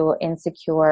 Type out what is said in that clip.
insecure